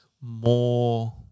more